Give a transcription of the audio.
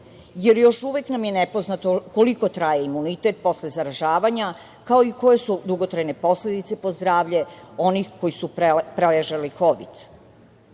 jer još uvek nam je nepoznato koliko traje imunitet posle zaražavanja kao i koje su dugotrajne posledice po zdravlje onih koji su preležali